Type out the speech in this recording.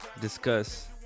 discuss